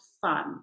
fun